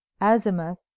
azimuth